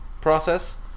process